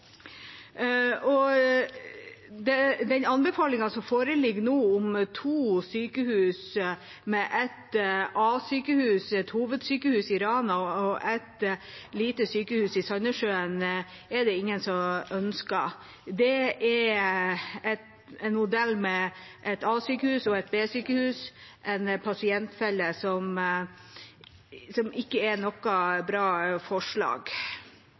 Korgfjellet. Og den anbefalingen som foreligger nå, om to sykehus – ett A-sykehus, et hovedsykehus, i Rana og et lite sykehus i Sandnessjøen – er det ingen som ønsker. Det er en modell med et A-sykehus og et B-sykehus, en pasientfelle, som ikke er noe bra forslag.